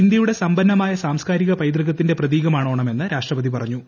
ഇന്ത്യയുടെ സമ്പന്നമായ സാസ്കാരിക പൈതൃകത്തിന്റെ പ്രതീകമാണ് ഓണമെന്ന് രാഷ്ട്രപതി പറഞ്ഞു